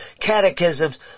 catechisms